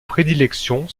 prédilection